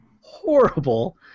horrible